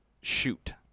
Shoot